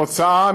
כתוצאה